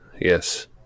Yes